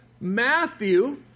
Matthew